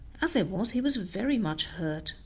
as it was, he was very much hurt,